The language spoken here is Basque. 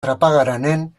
trapagaranen